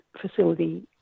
facility